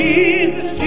Jesus